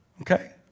Okay